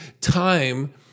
time